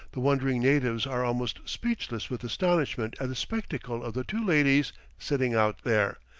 the wondering natives are almost speechless with astonishment at the spectacle of the two ladies sitting out there,